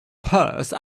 purse